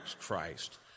Christ